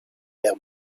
hair